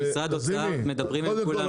אנחנו במשרד האוצר מדברים עם כולם,